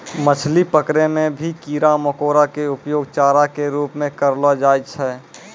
मछली पकड़ै मॅ भी कीड़ा मकोड़ा के उपयोग चारा के रूप म करलो जाय छै